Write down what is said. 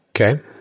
Okay